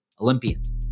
Olympians